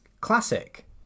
classic